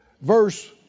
Verse